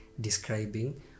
describing